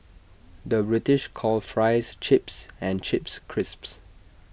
the British calls Fries Chips and Chips Crisps